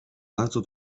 bardzo